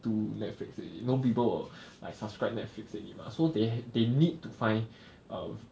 do Netflix already no people will like subscribe Netflix already mah so they they need to find um